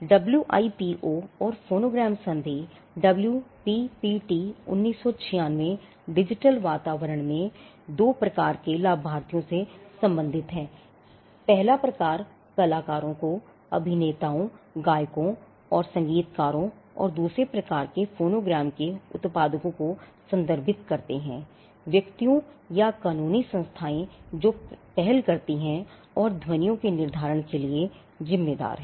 WIPO के उत्पादकों को संदर्भित करते हैं व्यक्तियों या कानूनी संस्थाएं जो पहल करती हैं और ध्वनियों के निर्धारण के लिए ज़िम्मेदार हैं